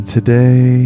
today